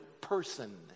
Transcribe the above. person